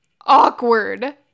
awkward